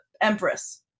empress